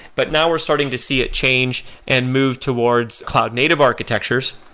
but now we're starting to see it change and move towards cloud native architectures.